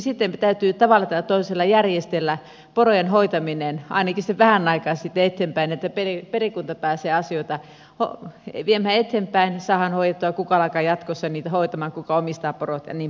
sitten täytyy tavalla tai toisella järjestellä porojen hoitaminen ainakin sen vähän aikaa siitä eteenpäin että perikunta pääsee asioita viemään eteenpäin saadaan hoidettua se kuka alkaa jatkossa niitä hoitamaan kuka omistaa porot ja niin poispäin